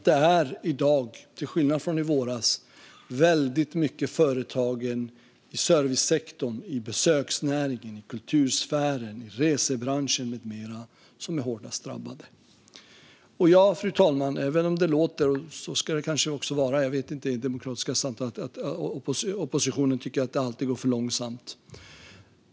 Det är i dag, till skillnad från i våras, väldigt många företag i servicesektorn, besöksnäringen, kultursfären, resebranschen med mera som är hårdast drabbade. Det kanske ska vara så i det demokratiska samtalet att oppositionen tycker att det alltid går för långsamt.